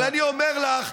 אבל אני אומר לך,